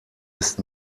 ist